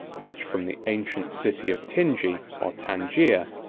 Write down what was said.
which, from the ancient city of tingi, or tangier,